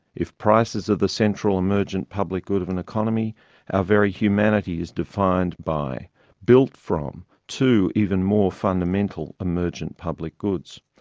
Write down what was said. if prices are the central emergent public good of an economy, our very humanity is defined by built from two even more fundamental emergent public goods.